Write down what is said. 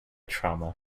trauma